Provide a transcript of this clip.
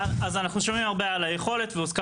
אנחנו שומעים הרבה על היכולת והוזכר